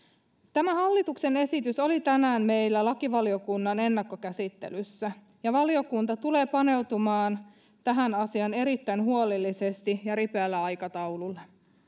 tämä hallituksen esitys oli tänään meillä lakivaliokunnan ennakkokäsittelyssä ja valiokunta tulee paneutumaan tähän asiaan erittäin huolellisesti ja ripeällä aikataululla